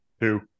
Two